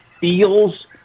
feels